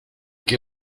que